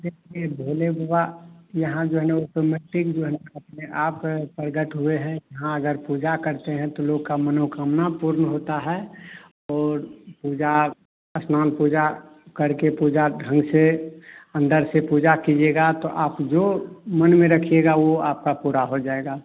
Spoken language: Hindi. देखिए भोले बबा यहाँ जौनो ओहपे मट्टी में जौनो अपने आप प्रकट हुए हैं यहाँ अगर पूजा करते हैं तो लोग का मनोकामना पूर्ण होता है और पूजा स्नान पूजा करके पूजा ढंग से अंदर से पूजा कीजिएगा तो आप जो मन में रखिएगा वो आपका पूरा हो जाएगा